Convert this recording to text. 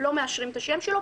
לא מאשרים את השם שלו,